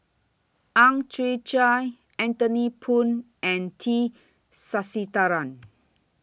Ang Chwee Chai Anthony Poon and T Sasitharan